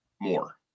more